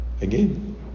Again